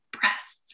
breasts